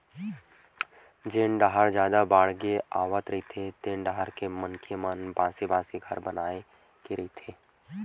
जेन डाहर जादा बाड़गे आवत रहिथे तेन डाहर के मनखे मन बासे बांस के घर बनाए के रहिथे